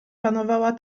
panowała